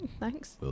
Thanks